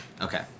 Okay